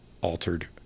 altered